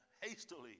hastily